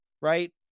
right